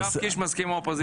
שיואב קיש מסכים עם האופוזיציה.